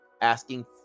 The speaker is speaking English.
asking